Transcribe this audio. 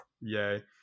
yay